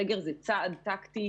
שבסגר הראשון,